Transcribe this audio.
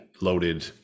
loaded